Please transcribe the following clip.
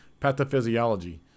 Pathophysiology